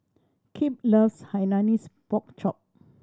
Kip loves Hainanese Pork Chop